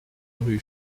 rue